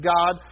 God